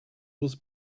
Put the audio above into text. was